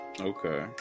Okay